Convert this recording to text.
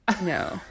No